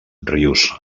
rius